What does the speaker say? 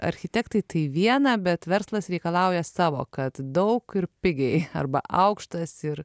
architektai tai viena bet verslas reikalauja savo kad daug ir pigiai arba aukštas ir